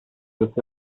this